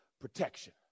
protection